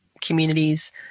communities